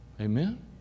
amen